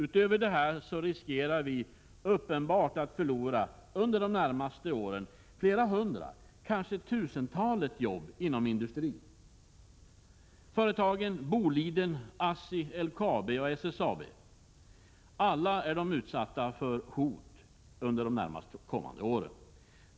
Utöver detta riskerar vi uppenbart att under de närmaste åren förlora flera hundra, kanske tusentalet jobb inom industriföretagen. Boliden, ASSI, LKAB och SSAB - alla är de utsatta för hot under de kommande åren.